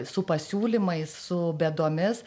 su pasiūlymais su bėdomis